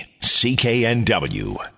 CKNW